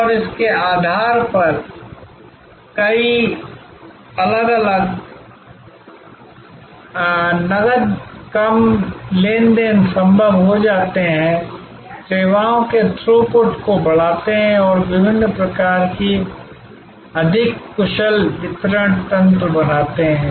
और उसके आधार पर कई अलग अलग नकद कम लेनदेन संभव हो जाते हैं सेवाओं के थ्रूपुट को बढ़ाते हैं और विभिन्न प्रकार के अधिक कुशल वितरण तंत्र बनाते हैं